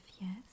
Yes